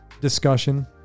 discussion